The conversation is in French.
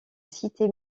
cité